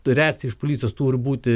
tų reakcijų iš policijos turi būti